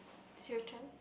is your turn